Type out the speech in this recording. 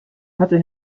hatte